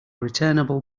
returnable